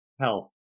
Health